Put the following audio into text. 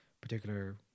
particular